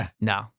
no